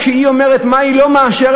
כשהיא אומרת מה היא לא מאשרת,